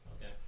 Okay